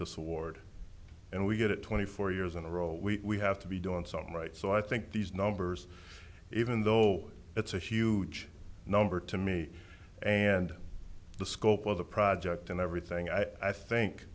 this award and we get it twenty four years in a row we have to be doing something right so i think these numbers even though it's a huge number to me and the scope of the project and everything i think